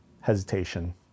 hesitation